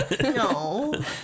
No